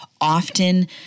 often